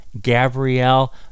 Gabrielle